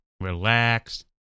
relax